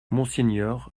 monseigneur